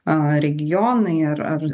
regionai ar